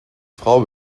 frau